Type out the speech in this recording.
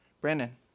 Brandon